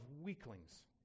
weaklings